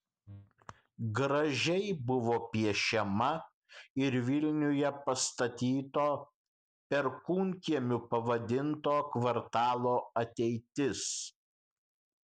gražiai buvo piešiama ir vilniuje pastatyto perkūnkiemiu pavadinto kvartalo ateitis